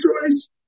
Choice